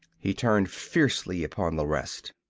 he turned fiercely upon the rest.